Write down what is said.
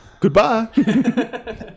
goodbye